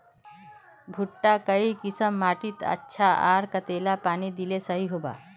भुट्टा काई किसम माटित अच्छा, आर कतेला पानी दिले सही होवा?